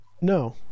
No